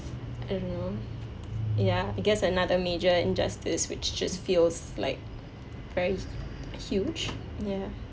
I don't know ya I guess another major injustice which just feels like very huge ya